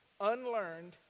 unlearned